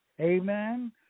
Amen